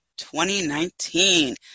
2019